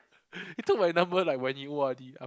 he took my number like when he O_R_D